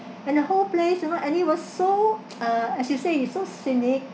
and the whole place you know and it was so uh as you say it's so scenic